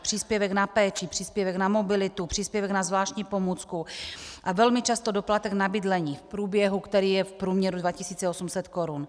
Příspěvek na péči, příspěvek na mobilitu, příspěvek na zvláštní pomůcku a velmi často doplatek na bydlení v průběhu, který je v průměru 2 800 korun.